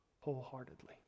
wholeheartedly